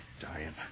Diane